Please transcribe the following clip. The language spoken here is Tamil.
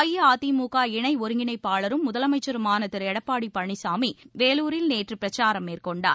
அஇஅதிமுக இணைஒருங்கிணைப்பாளரும் முதலமைச்சருமான திருஎடப்பாடிபழனிசாமி வேலூரில் நேற்றுபிரச்சாரம் மேற்கொண்டார்